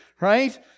right